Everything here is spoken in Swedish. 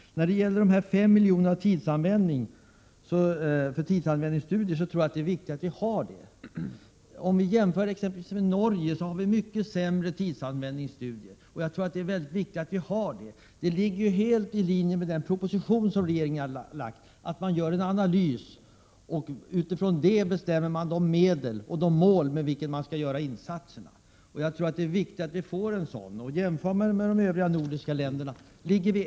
När det gäller de 5 milj.kr. som föreslås för tidsanvändningsstudier, tror jag att det är viktigt att ha sådana studier. Om man jämför med exempelvis Norge finner man att vi har mycket sämre tidsanvändningsstudier. Jämför man med övriga nordiska länder ligger vi också efter på detta område. Tidsanvändningsstudier är mycket viktiga och ligger helt i linje med den proposition som regeringen har lagt. Man skulle göra en analys och utifrån den bygga upp de mål och de medel med vilka man skall göra insatser.